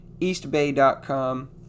eastbay.com